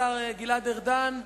השר גלעד ארדן,